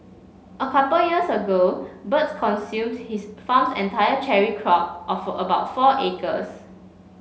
a couple years ago birds consumed his farm's entire cherry crop of about four acres